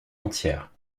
entière